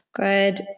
Good